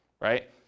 right